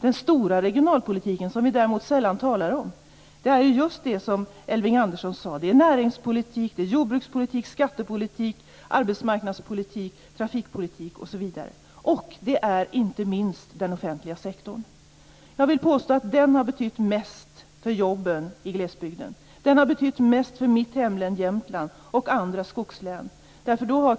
Den stora regionalpolitiken, som vi däremot sällan talar om, är - som Elving Andersson sade - näringspolitik, jordbrukspolitik, skattepolitik, arbetsmarknadspolitik, trafikpolitik osv. Inte minst handlar det om den offentliga sektorn. Jag vill påstå att den offentliga sektorn har betytt mest för jobben i glesbygden. Den har betytt mest för mitt hemlän Jämtland och andra skogslän.